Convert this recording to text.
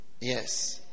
Yes